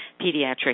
Pediatric